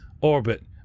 orbit